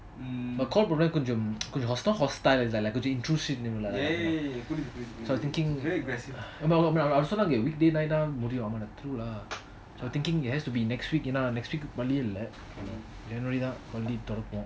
நான்:naan call பண்ணும் போது கொஞ்சம் கொஞ்சம்:pannum bothu konjam konjam hostile கொஞ்சம்:konjam inthrensive so I was thinking அவங்க சொன்னாங்க:avanga sonanga weekday நான் தான் முடியும்:naan thaan mudiyum true lah so I was thinking it has to be next week next week வேற வழியே இல்ல:vera vazhiyae illa january தான் மறுபடியும் தொன்றாகும்:thaan marubadiyum thorakum